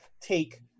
take